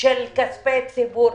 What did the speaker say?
של כספי ציבור.